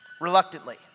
reluctantly